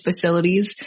facilities